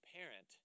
parent